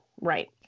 Right